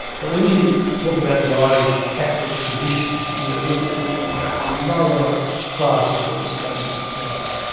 but when you talk about the irish catholic tradition, you are really talking about the lower classes of australian society.